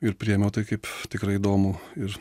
ir priėmiau tai kaip tikrai įdomu ir